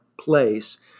place